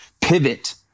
pivot